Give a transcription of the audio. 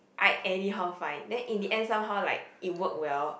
I anyhow find then in the end somehow like it work well